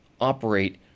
operate